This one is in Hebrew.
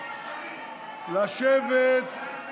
לשבת.